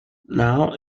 now